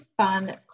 fun